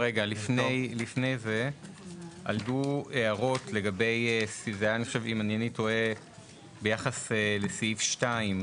היו הערות ביחס לסעיף 2,